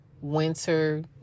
winter